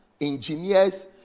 engineers